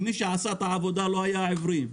כי מי שעשו את העבודה לא היו עברים.